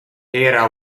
era